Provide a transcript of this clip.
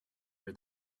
were